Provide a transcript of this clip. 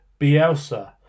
Bielsa